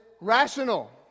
rational